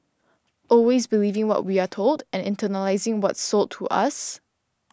always believing what we are told and internalising what's sold to us